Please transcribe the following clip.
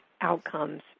outcomes